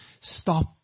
stop